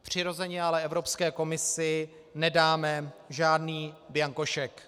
Přirozeně ale Evropské komisi nedáme žádný bianko šek.